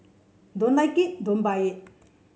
don't like it don't buy it